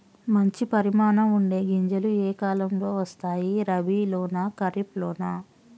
మంచి పరిమాణం ఉండే గింజలు ఏ కాలం లో వస్తాయి? రబీ లోనా? ఖరీఫ్ లోనా?